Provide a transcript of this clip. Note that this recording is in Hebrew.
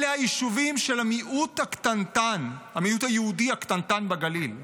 אלה היישובים של המיעוט היהודי הקטנטן בגליל.